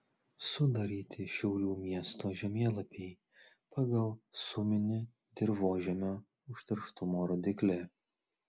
sudaryti šiaulių miesto žemėlapiai pagal suminį dirvožemio užterštumo rodiklį